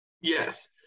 Yes